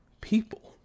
people